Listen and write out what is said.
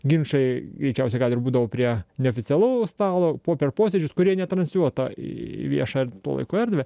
ginčai greičiausiai gal ir būdavo prie neoficialaus stalo po per posėdžius kurie netransliuota į viešą er tų laiku erdvę